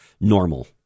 normal